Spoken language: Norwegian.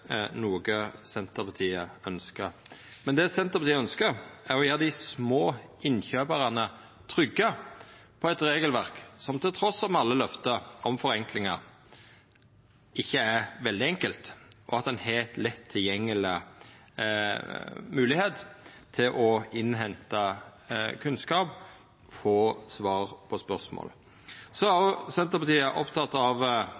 noko Senterpartiet ønskjer. Men det Senterpartiet ønskjer, er å gjera dei små innkjøparane trygge på eit regelverk som – trass i alle løfte om forenklingar – ikkje er veldig enkelt, og at ein har ein lett tilgjengeleg moglegheit til å innhenta kunnskap og få svar på spørsmål. Så er òg Senterpartiet oppteke av